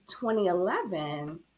2011